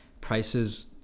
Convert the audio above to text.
prices